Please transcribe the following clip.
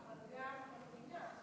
אבל גם המדינה,